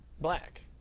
black